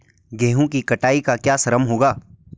गेहूँ की कटाई का क्या श्रम होगा?